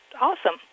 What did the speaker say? awesome